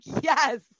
yes